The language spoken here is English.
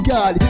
God